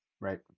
Right